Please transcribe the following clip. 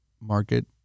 Market